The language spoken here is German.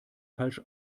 falsch